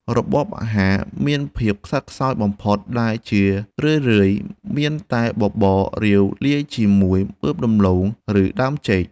របបអាហារមានភាពខ្សត់ខ្សោយបំផុត ដែលជារឿយៗមានតែបបររាវលាយជាមួយមើមដំឡូង ឬដើមចេក។